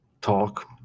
Talk